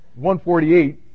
148